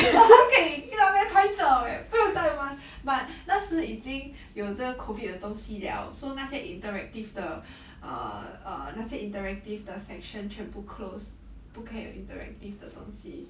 我还可以去到那边拍照 eh 不用戴 mask but 那时已经有这个 COVID 的东西了 so 那些 interactive 的 err err 那些 interactive 的 section 全部 close 不可以有 interactive 的东西